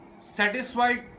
satisfied